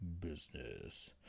business